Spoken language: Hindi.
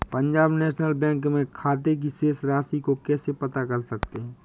पंजाब नेशनल बैंक में खाते की शेष राशि को कैसे पता कर सकते हैं?